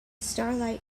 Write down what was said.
starlight